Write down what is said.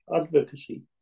advocacy